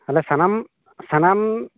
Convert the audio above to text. ᱟᱫᱚ ᱥᱟᱱᱟᱢ ᱥᱟᱱᱟᱢ